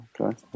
okay